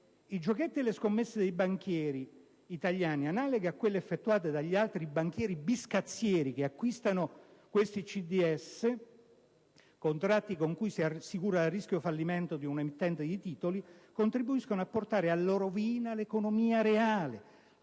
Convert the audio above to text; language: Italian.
I giochetti e le scommesse dei banchieri italiani, analoghi a quelli effettuati dagli altri banchieri biscazzieri che acquistano questi CDS, contratti con cui si assicura il rischio di fallimento di un emittente di titoli, contribuiscono a portare alla rovina l'economia reale,